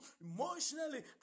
Emotionally